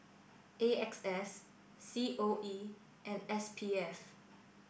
A X S C O E and S P F